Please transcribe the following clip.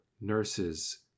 nurses